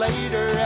Later